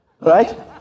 right